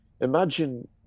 Imagine